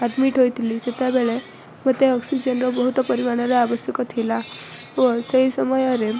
admit ହୋଇଥିଲି ସେତେବେଳେ ମୋତେ ଅକ୍ସିଜେନର ବହୁତ ପରିମାଣରେ ଆବଶ୍ୟକ ଥିଲା ଓ ସେଇ ସମୟରେ